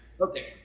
Okay